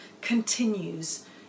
continues